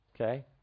Okay